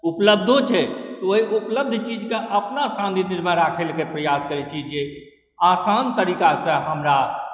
उपलब्धो छै तऽ ओहि उपलब्ध चीजके अपना सान्निध्यमे राखैलए प्रयास करै छी जे आसान तरीकासँ हमरा